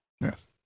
Yes